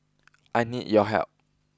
I need your help